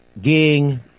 Ging